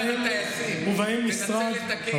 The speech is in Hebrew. הטייסים, תנסה לתקן.